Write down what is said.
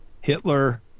Hitler